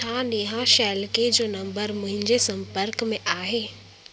छा नेहा शेलके जो नंबर मुंहिंजे संपर्क में आहे